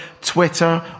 Twitter